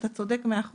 אתה צודק מאה אחוז,